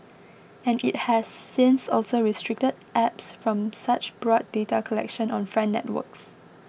and it has since also restricted apps from such broad data collection on friend networks